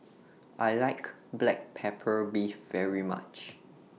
I like Black Pepper Beef very much